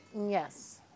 Yes